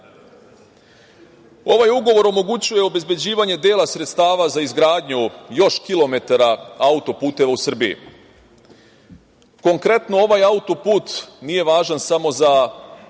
1.Ovaj ugovor omogućuje obezbeđivanje dela sredstava za izgradnju još kilometara autoputeva u Srbiji. Konkretno ovaj auto-put nije važan samo za